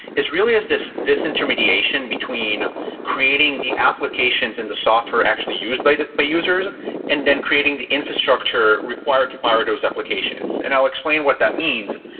is really is this disintermediation between creating the applications and the software actually used by but users and then creating the infrastructure required to power those applications. and i'll explain what that means.